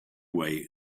way